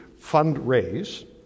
fundraise